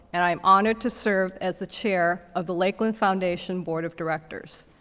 and i'm honored to serve as the chair of the lakeland foundation board of directors.